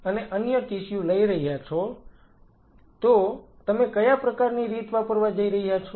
અને અન્ય ટીસ્યુ લઈ રહ્યા છો તો તમે કયા પ્રકારની રીત વાપરવા જઇ રહ્યા છો